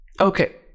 Okay